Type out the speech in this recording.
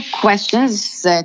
questions